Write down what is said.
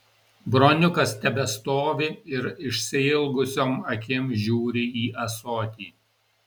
broniukas tebestovi ir išsiilgusiom akim žiūri į ąsotį